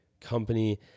company